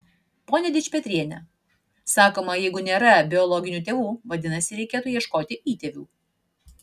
pone dičpetriene sakoma jeigu nėra biologinių tėvų vadinasi reikėtų ieškoti įtėvių